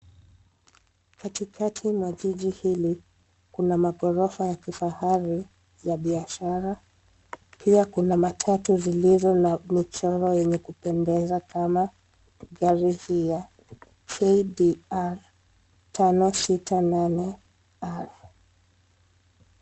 Katikati la jiji hili, kuna maghorofa la kifahari ya biashara. Pia kuna matatu zilizo na michoro yenye kupendeza kama gari hii ya KDR 568R.